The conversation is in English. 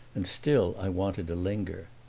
and still i wanted to linger.